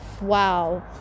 Wow